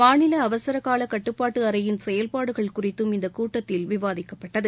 மாநில அவசரகால கட்டுப்பாட்டு அறையின் செயல்பாடுகள் குறித்தும் இந்த கூட்டத்தில் விவாதிக்கப்பட்டது